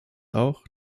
auch